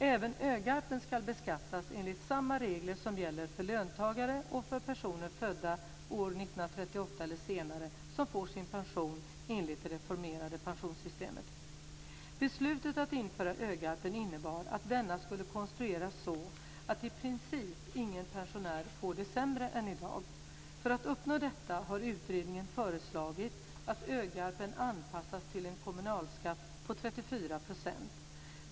Även Ö-garpen ska beskattas enligt samma regler som gäller för löntagare och för personer födda år 1938 eller senare som får sin pension enligt det reformerade pensionssystemet. Beslutet att införa Ö-garpen innebar att denna skulle konstrueras så att i princip ingen pensionär får det sämre än i dag. För att uppnå detta har utredningen föreslagit att Ö-garpen anpassas till en kommunalskatt på 34 %.